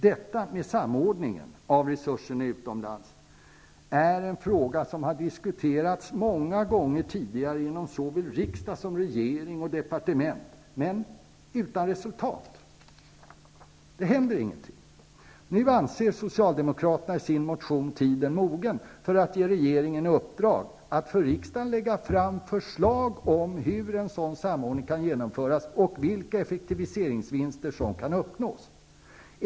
Detta med samordningen av resurserna utomlands är en fråga som har diskuterats många gånger tidigare inom såväl riksdag och regering som departement, men utan resultat. Det händer ingenting. Socialdemokraterna anser nu i sin motion tiden mogen för att ge regeringen i uppdrag att för riksdagen lägga fram förslag om hur en sådan samordning kan genomföras och vilka effektiviseringsvinster som kan uppnås.